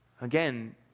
Again